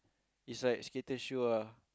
is like skater shoes ah